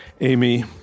Amy